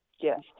Yes